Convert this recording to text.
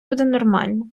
нормально